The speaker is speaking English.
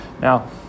Now